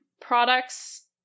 products